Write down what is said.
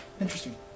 Interesting